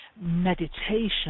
meditation